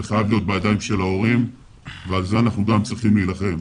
זה חייב להיות בידי ההורים ועל זה אנחנו גם צריכים להילחם.